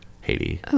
haiti